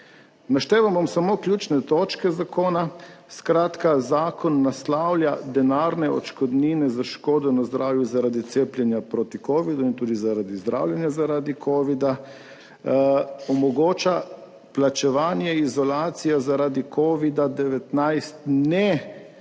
Našteval bom samo ključne točke zakona. Skratka, zakon naslavlja denarne odškodnine za škodo na zdravju zaradi cepljenja proti covidu in tudi zaradi zdravljenja zaradi covida. Omogoča plačevanje izolacije zaradi covida-19, ne iz naslova